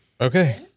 okay